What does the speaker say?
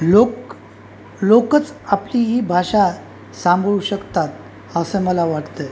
लोक लोकचं आपली ही भाषा सांभाळू शकतात असं मला वाटतं आहे